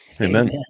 Amen